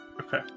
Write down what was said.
Okay